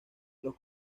los